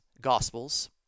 Gospels